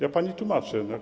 Ja pani tłumaczę.